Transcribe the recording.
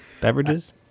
beverages